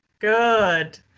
Good